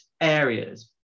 areas